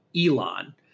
Elon